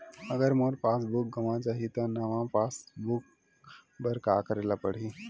अगर मोर passbook गवां जाहि त नवा पास बुक बर का करे ल पड़हि?